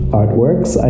artworks